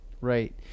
right